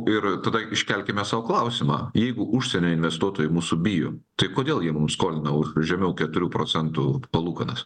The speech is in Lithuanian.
ir tada iškelkime sau klausimą jeigu užsienio investuotojai mūsų bijo tai kodėl jie mums skolina žemiau keturių procentų palūkanas